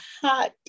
hot